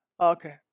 Okay